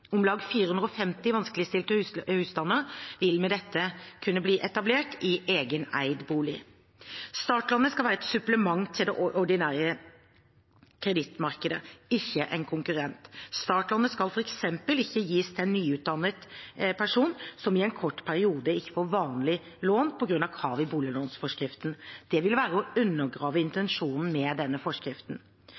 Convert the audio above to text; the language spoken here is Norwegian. Om lag 450 vanskeligstilte husstander vil med dette kunne bli etablert i egen eid bolig. Startlånet skal være et supplement til det ordinære kredittmarkedet, ikke en konkurrent. Startlånet skal f.eks. ikke gis til en nyutdannet person som i en kort periode ikke får vanlig lån på grunn av krav i boliglånsforskriften. Det ville være å undergrave intensjonen med denne forskriften.